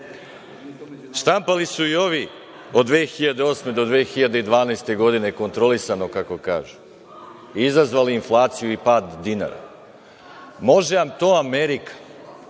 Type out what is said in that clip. Štampali su i ovi od 2008. godine do 2012. godine, kontrolisano, kako kažu. Izazvali inflaciju i pad dinara. Može to Amerika